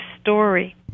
story